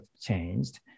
changed